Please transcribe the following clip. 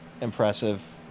impressive